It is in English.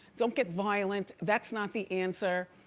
don't get violent, that's not the answer.